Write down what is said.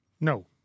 No